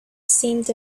seemed